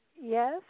Yes